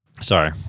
Sorry